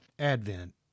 Advent